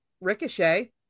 Ricochet